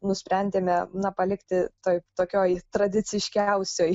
nusprendėme na palikti toj tokioj tradiciškiausioj